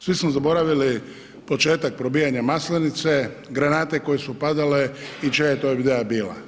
Svi smo zaboravili početak probijanja Maslenice, granate koje su padale i čija je to ideja bila.